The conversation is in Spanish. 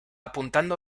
apuntando